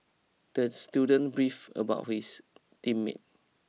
the student beef about his team mate